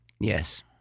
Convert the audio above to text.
Yes